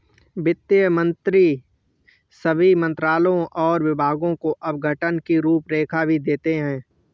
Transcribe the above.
वित्त मंत्री सभी मंत्रालयों और विभागों को आवंटन की रूपरेखा भी देते हैं